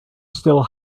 still